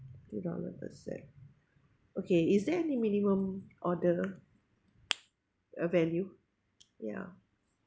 two dollar per set okay is there any minimum order uh value ya